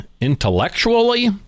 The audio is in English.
intellectually